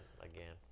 Again